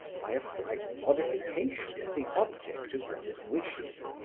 by a slight modification of the object of one's wishes.